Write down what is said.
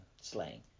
slaying